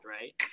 right